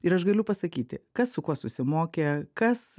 ir aš galiu pasakyti kas su kuo susimokė kas